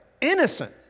innocent